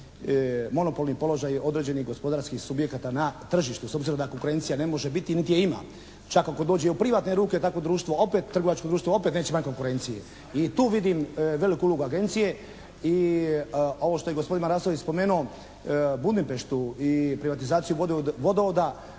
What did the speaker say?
monopolni položaj određenih gospodarskih subjekata na tržištu s obzirom da konkurencije ne može biti niti je ima. Čak ako dođe u privatne ruke takvo društvo opet trgovačko društvo opet neće imati konkurencije. I tu vidim veliku ulogu agencije. I ovo što je gospodin Marasović spomenuo Budimpeštu i privatizaciju vodovoda.